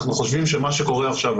אנחנו חושבים שמה שקורה עכשיו,